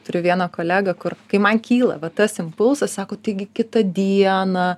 turiu vieną kolegą kur kai man kyla va tas impulsas sako taigi kitą dieną